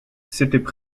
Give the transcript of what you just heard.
s’étaient